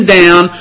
down